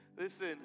listen